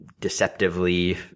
deceptively